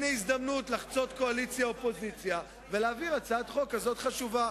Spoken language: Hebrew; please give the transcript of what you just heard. הנה הזדמנות לחצות קואליציה-אופוזיציה ולהעביר הצעת חוק כזאת חשובה.